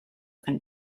and